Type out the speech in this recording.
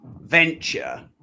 venture